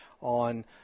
on